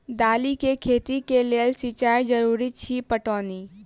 दालि केँ खेती केँ लेल सिंचाई जरूरी अछि पटौनी?